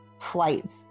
flights